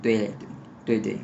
对对对